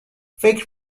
فکر